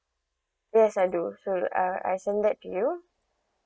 yes I do so uh I send that to you